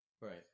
Right